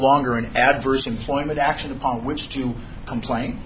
longer an adverse employment action upon which to complain